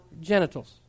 genitals